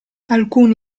alcuni